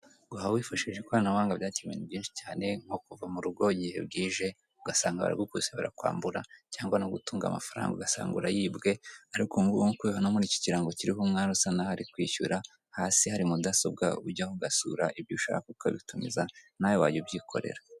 Ahantu havunjishiriza ubwoko butandukanye bw'amafaranga turabona televiziyo imanitse ku gikuta, tukabona ubwoko bw'amamashini abara amafaranga nk'awe dusanga mu ma banki mo turimo turabona ko bashobora kuba bavunja amafaranga y'amadolari, amayero amapawunde n'ibindi byinshi bitandukanye, gusa bagi hagiye hariho igiciro cyashyizweho kuri buri faranga.